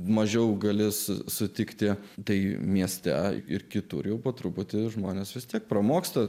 mažiau galės sutikti tai mieste ir kitur jau po truputį žmonės vis tiek pramoksta